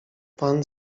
pan